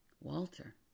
Walter